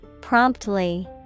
Promptly